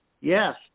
yes